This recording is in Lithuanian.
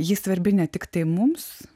ji svarbi ne tiktai mums